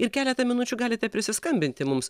ir keletą minučių galite prisiskambinti mums